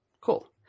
Cool